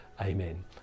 Amen